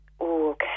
okay